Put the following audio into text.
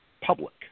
public